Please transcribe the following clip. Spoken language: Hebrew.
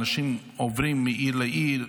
אנשים עוברים מעיר לעיר,